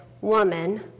woman